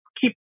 keep